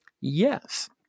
Yes